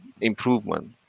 improvement